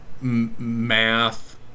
math